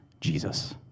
Jesus